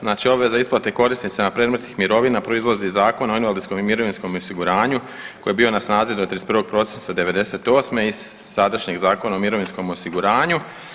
Znači obveza isplate korisnicima predmetnih mirovina proizlazi iz Zakona o invalidskom i mirovinskom osiguranju koji je bio na snazi do 31. prosinca '98. i sadašnjeg Zakona o mirovinskom osiguranju.